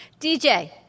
DJ